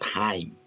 time